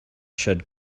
shed